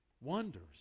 wonders